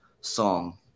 song